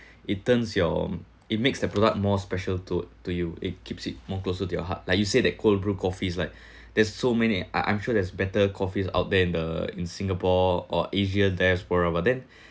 it turns your it makes the products more special toward to you it keeps it more closer to your heart like you said that coldbrew coffee is like there's so many I'm I'm sure there's better coffee out there in the in singapore or asian diaspora but then